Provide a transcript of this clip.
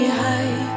high